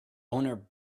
owner